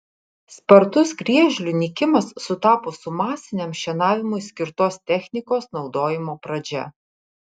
spartus griežlių nykimas sutapo su masiniam šienavimui skirtos technikos naudojimo pradžia